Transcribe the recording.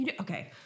okay